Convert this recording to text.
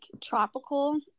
tropical